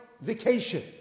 vacation